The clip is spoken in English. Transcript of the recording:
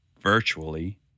virtually